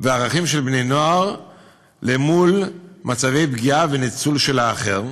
וערכים של בני נוער למול מצבי פגיעה וניצול של האחר.